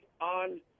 on